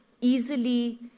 easily